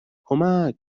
کمک